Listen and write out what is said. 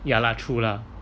ya la true lah